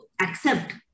accept